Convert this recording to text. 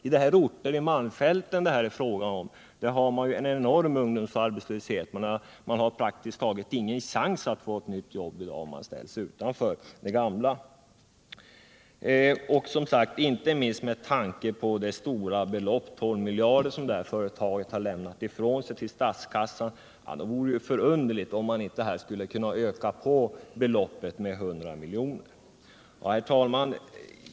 På de orter i malmfälten som det här är fråga om har man en enorm ungdomsarbetslöshet. Man har praktiskt taget ingen chans att få ett nytt jobb i dag om man ställs utanför det gamla. Inte minst med tanke på det stora belopp — 12 miljarder — som detta företag har lämnat ifrån sig till statskassan, vore det underligt om man inte skulle kunna öka på beloppet med 100 miljoner. Herr talman!